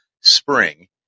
spring